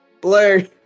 Blue